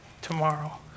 tomorrow